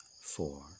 four